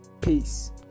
Peace